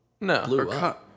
No